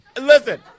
Listen